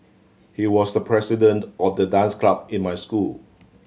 he was the president of the dance club in my school